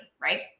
Right